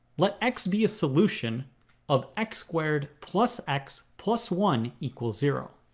let x be a solution of x squared plus x plus one equals zero